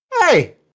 Hey